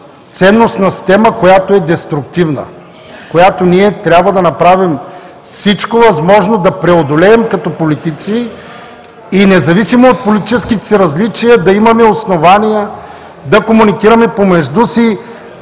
ценностна система, която е деструктивна, която ние трябва да направим всичко възможно да преодолеем като политици и независимо от политическите си различия, да имаме основания да комуникираме помежду си